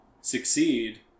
succeed